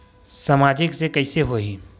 सामाजिक से कइसे होही?